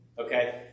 Okay